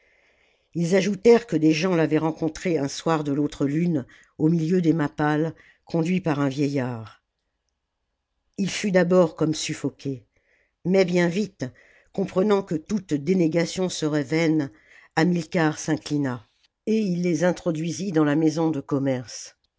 ils ajoutèrent que des gens l'avaient rencontré un soir de l'autre lune au milieu des mappales conduit par un vieillard il fut d'abord comme suffoqué mais bien vite comprenant que toute dénégation serait vaine hamilcar s'inclina et il les introduisit dans la maison de commerce